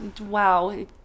Wow